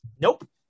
Nope